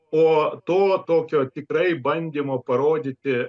o to tokio tikrai bandymo parodyti